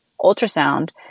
ultrasound